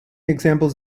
examples